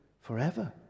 forever